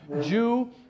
Jew